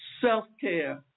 self-care